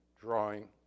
drawing